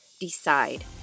decide